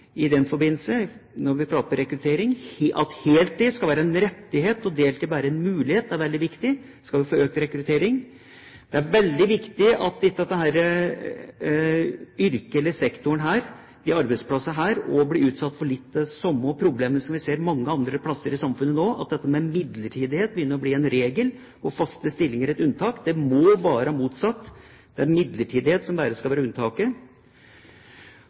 at heltid skal være en rettighet og deltid bare en mulighet dersom vi skal få økt rekruttering. Det er veldig viktig at ikke dette yrket eller denne sektoren, disse arbeidsplassene, blir utsatt for litt av det samme problemet som vi nå ser mange andre plasser i samfunnet, at midlertidig ansettelse begynner å bli en regel og faste stillinger et unntak. Det må være motsatt. Det er midlertidig ansettelse som skal være unntaket.